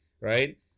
right